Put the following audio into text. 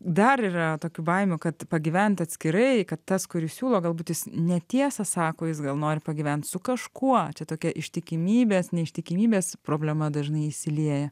dar yra tokių baimių kad pagyvent atskirai kad tas kuris siūlo galbūt jis netiesą sako jis gal nori pagyvent su kažkuo čia tokia ištikimybės neištikimybės problema dažnai išsilieja